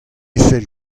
fell